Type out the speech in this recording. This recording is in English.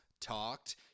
talked